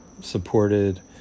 supported